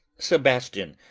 sebastian,